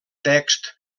text